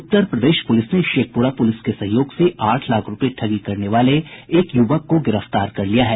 उत्तर Pradesh police ने Sheikhpura police के सहयोग से आठ लाख रूपये ठगी करने वाले एक युवक को गिरफ्तार कर लिया है